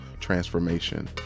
transformation